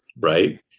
right